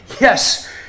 Yes